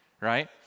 right